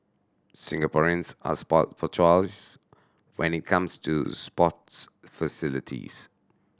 Singaporeans are spoilt for choice when it comes to sports facilities